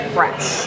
Fresh